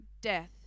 death